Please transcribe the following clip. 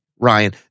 Ryan